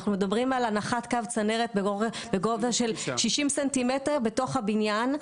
אנחנו מדברים על הנחת קו צנרת בגובה של 60 ס"מ בתוך הבניין.